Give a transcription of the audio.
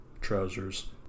trousers